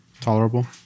Tolerable